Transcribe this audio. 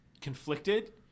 conflicted